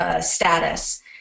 status